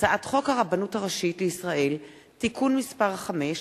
הצעת חוק הרבנות הראשית לישראל (תיקון מס' 5)